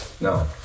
no